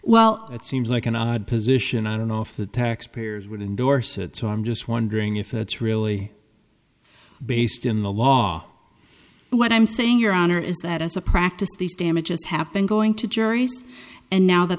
well it seems like an odd position i don't know if the taxpayers would endorse it so i'm just wondering if it's really based in the law what i'm saying your honor is that as a practice these damages have been going to juries and now that